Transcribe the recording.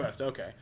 okay